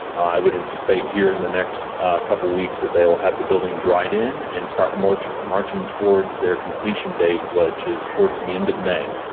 i would anticipate here in the next couple weeks that they will have the building dried in and start marching marching towards their completion date, which is towards the end of may.